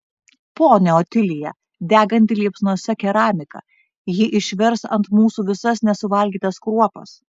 ponia otilija deganti liepsnose keramika ji išvers ant mūsų visas nesuvalgytas kruopas